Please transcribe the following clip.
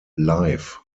life